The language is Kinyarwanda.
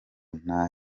nta